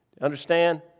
Understand